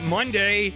Monday